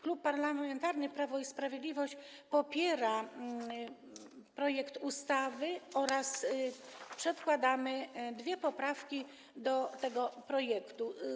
Klub Parlamentarny Prawo i Sprawiedliwość popiera projekt ustawy oraz przedkłada dwie poprawki do tego projektu.